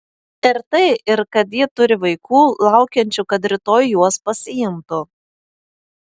ir tai ir kad ji turi vaikų laukiančių kad rytoj juos pasiimtų